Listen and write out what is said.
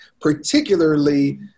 particularly